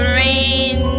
rain